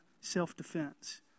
self-defense